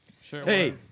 Hey